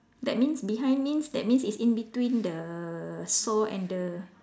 that means behind means that means it's in between the saw and the